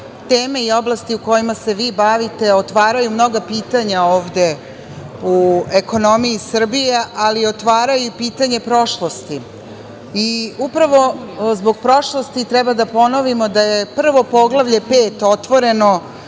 teme i oblasti kojima se vi bavite otvaraju mnoga pitanja ovde u ekonomiji Srbije, ali otvaraju i pitanje prošlosti. Upravo zbog prošlosti treba da ponovimo da je prvo Poglavlje 5 otvoreno